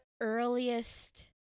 earliest